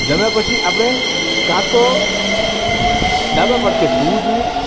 જમ્યા પછી આપણે કાં તો ડાબા પડખે સૂવું જોઈએ